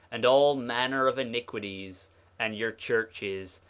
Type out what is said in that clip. and all manner of iniquities and your churches,